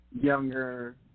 younger